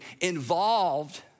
involved